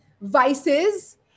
vices